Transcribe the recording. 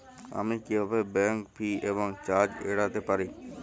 আমি কিভাবে bank fee এবং চার্জ এড়াতে পারি?